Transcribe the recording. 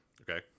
Okay